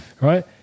right